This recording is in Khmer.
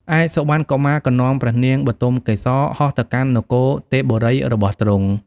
ឯសុវណ្ណកុមារក៏នាំព្រះនាងបទុមកេសរហោះទៅកាន់នគរទេពបុរីរបស់ទ្រង់។